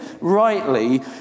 rightly